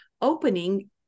opening